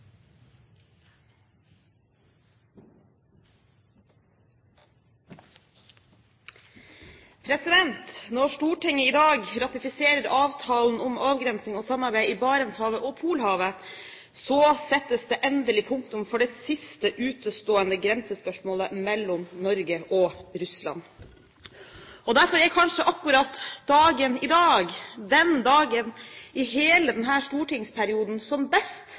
Når Stortinget i dag ratifiserer avtalen om avgrensing og samarbeid i Barentshavet og Polhavet, settes det endelig punktum for det siste utestående grensespørsmålet mellom Norge og Russland. Derfor er kanskje akkurat dagen i dag den dagen i hele denne stortingsperioden som best